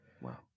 Wow